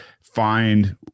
find